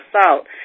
assault